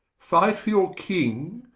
fight for your king,